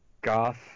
goth